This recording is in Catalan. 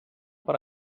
per